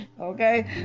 Okay